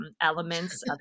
elements